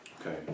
okay